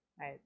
right